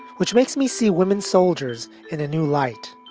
which makes me see women soldiers in a new light.